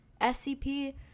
SCP